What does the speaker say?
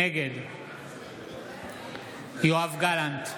נגד יואב גלנט,